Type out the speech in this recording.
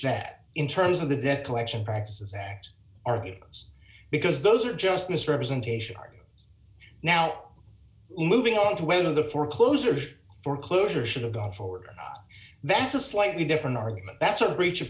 that in terms of the debt collection practices act arguments because those are just misrepresentation are now moving on to end of the foreclosure foreclosure should've gone forward that's a slightly different argument that's a breach of